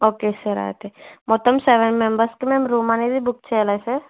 okay sir అయితే మొత్తం seven మెంబెర్స్కి మేము రూమ్ అనేది బుక్ చేయాలా సార్